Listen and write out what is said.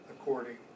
according